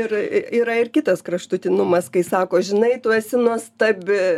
ir yra ir kitas kraštutinumas kai sako žinai tu esi nuostabi